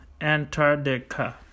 Antarctica